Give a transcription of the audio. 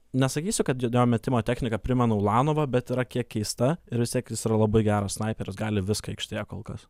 nesakysiu kad jo metimo technika primena ulanovą bet yra kiek keista ir vis tiek jis yra labai geras snaiperis gali viską aikštėje kol kas